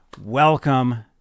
welcome